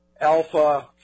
Alpha